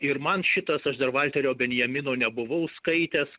ir man šitas aš dar valterio benjamino nebuvau skaitęs